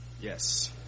Yes